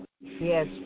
Yes